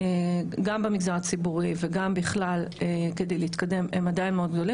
גם במגזר הציבורי וגם בכלל כדי להתקדם הם עדיין מאוד גדולים